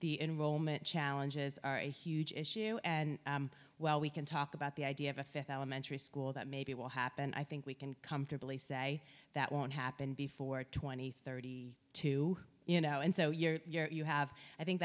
the enrollment challenges are a huge issue and well we can talk about the idea of a fifth alimentary school that maybe will happen i think we can comfortably say that won't happen before twenty thirty two you know and so you're you have i think